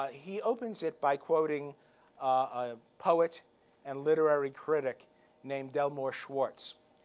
he opens it by quoting a poet and literary critic named delmore schwartz,